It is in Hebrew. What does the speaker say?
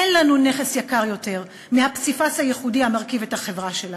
אין לנו נכס יקר יותר מהפסיפס הייחודי המרכיב את החברה שלנו.